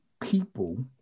people